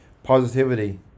positivity